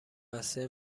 بسته